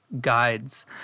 guides